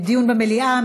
מי בעד דיון במליאה?